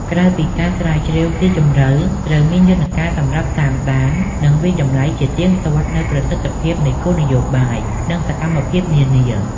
ក្រៅពីការស្រាវជ្រាវស៊ីជម្រៅ ត្រូវមានយន្តការសម្រាប់តាមដាន និងវាយតម្លៃជាទៀងទាត់នូវប្រសិទ្ធភាពនៃគោលនយោបាយ និងសកម្មភាពនានា។